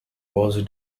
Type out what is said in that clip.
was